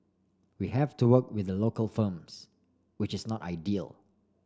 we have to work with the local firms which is not ideal